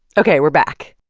ok. we're back.